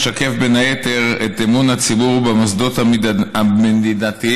המשקף בין היתר את אמון הציבור במוסדות המדינה השונים.